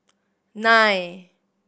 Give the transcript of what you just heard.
nine